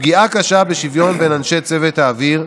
פגיעה קשה בשוויון בין אנשי צוות האוויר,